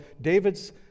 David's